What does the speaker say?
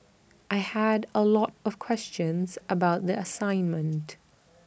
I had A lot of questions about the assignment